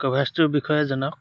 কভাৰেজটোৰ বিষয়ে জনাওক